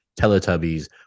teletubbies